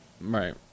Right